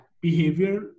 behavior